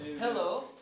Hello